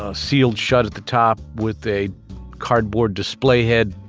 ah sealed shut at the top with a cardboard display head.